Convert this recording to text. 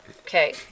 Okay